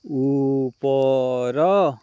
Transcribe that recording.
ଉପର